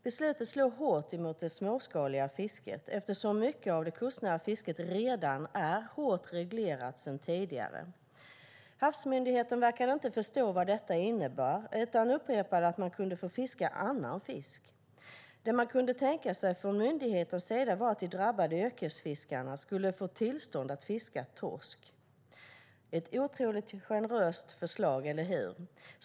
Beslutet slår hårt mot det småskaliga fisket, eftersom mycket av det kustnära fisket redan är hårt reglerat sedan tidigare. Man verkade inte förstå vad detta innebär utan upprepade att det går bra att fiska annan fisk. Det man kunde tänka sig från myndighetens sida var att de drabbade yrkesfiskarna skulle få tillstånd att fiska torsk. Det var ett otroligt generöst förslag, eller hur?